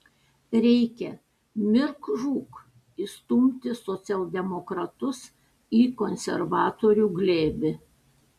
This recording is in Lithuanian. reikia mirk žūk įstumti socialdemokratus į konservatorių glėbį